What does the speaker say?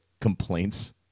complaints